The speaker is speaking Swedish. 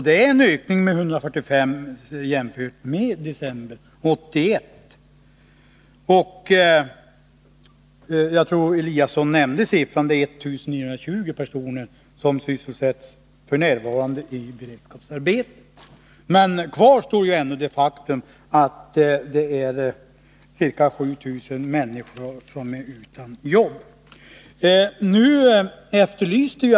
Det är en ökning med 145 sedan i december 1981. Det är 1 920 personer — jag tror också Ingemar Eliasson nämnde den siffran — som f. n. sysselsätts i beredskapsarbeten. Men kvar står ändå det faktum att ca 7 000 människor är utan jobb.